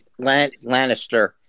Lannister